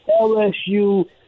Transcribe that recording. LSU –